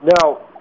Now